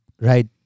Right